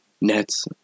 Nets